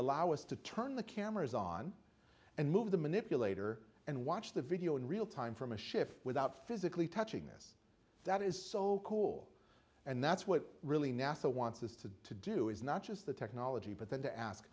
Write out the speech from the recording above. allow us to turn the cameras on and move the manipulator and watch the video in real time from a shift without physically touching this that is so cool and that's what really nasa wants us to do is not just the technology but then to ask